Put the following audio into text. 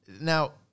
Now